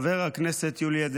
חבר הכנסת יולי אדלשטיין.